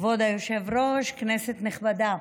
כבוד היושב-ראש, כנסת נכבדה,